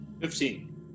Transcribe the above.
Fifteen